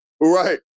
Right